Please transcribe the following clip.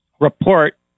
report